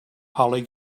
holly